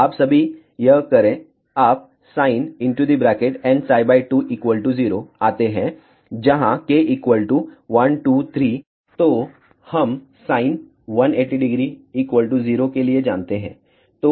आप सभी यह करें आप sinnψ20 आते हैंजहां k 1 2 3 तो हम sin18000 के लिए जानते हैं